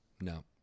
No